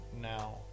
now